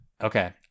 Okay